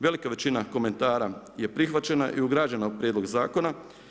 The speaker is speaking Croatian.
Velika većina komentara je prihvaćena i ugrađena u prijedlog zakona.